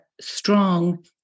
strong